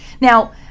now